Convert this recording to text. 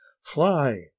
fly